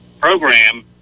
program